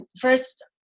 first